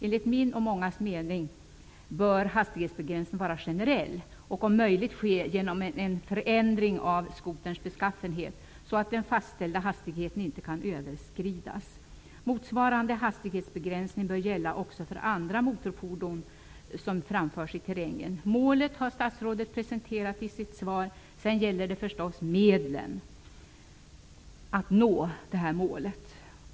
Enligt min och mångas mening bör hastighetsbegränsningen vara generell och om möjligt ske genom en förändring av skoterns beskaffenhet, så att den fastställda hastigheten inte kan överskridas. Motsvarande hastighetsbegränsning bör gälla också för andra motorfordon som framförs i terrängen. Målet har statsrådet presenterat i sitt svar. Sedan gäller det förstås medlen att nå detta mål.